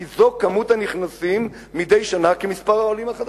כי מספר הנכנסים מדי שנה כמספר העולים החדשים,